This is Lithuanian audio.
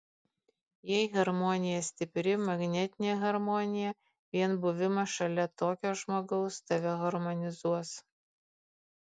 jei harmonija stipri magnetinė harmonija vien buvimas šalia tokio žmogaus tave harmonizuos